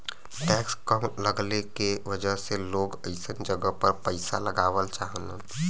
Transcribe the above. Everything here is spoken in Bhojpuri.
टैक्स कम लगले के वजह से लोग अइसन जगह पर पइसा लगावल चाहलन